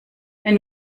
wenn